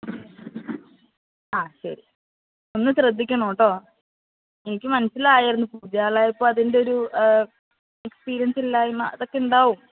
ആ ശെരി ഒന്ന് ശ്രദ്ധിക്കണം കേട്ടോ എനിക്ക് മനസ്സിലായിരുന്നു പുതിയ ആളായപ്പോൾ അതിൻ്റെയൊരു എക്സ്പീരിയൻസ് ഇല്ലായ്മ അതൊക്കെ ഉണ്ടാവും